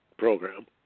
program